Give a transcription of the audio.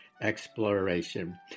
exploration